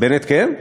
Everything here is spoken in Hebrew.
בנט כן?